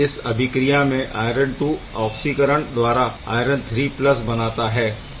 इस अभिक्रिया में आयरन II ऑक्सीकरण द्वारा आयरन III बनाता है